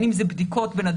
בין אם זה בדיקות בנתב"ג,